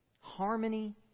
harmony